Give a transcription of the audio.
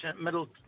middle